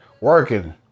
working